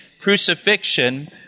crucifixion